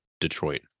Detroit